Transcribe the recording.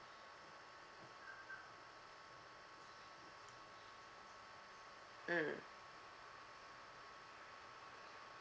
mm